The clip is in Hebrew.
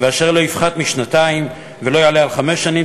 ואשר לא יפחת משנתיים ולא יעלה על חמש שנים,